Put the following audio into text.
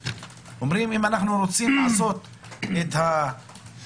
אומרים: אם אנחנו רצים לעשות את הטיול